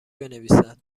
بنویسد